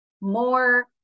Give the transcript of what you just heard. more